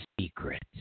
secret